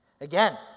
Again